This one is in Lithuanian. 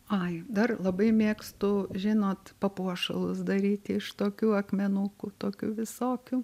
ai dar labai mėgstu žinot papuošalus daryti iš tokių akmenukų tokių visokių